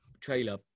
trailer